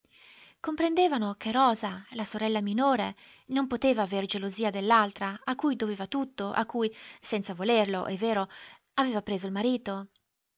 comprendevano che rosa la sorella minore non poteva aver gelosia dell'altra a cui doveva tutto a cui senza volerlo è vero aveva preso il marito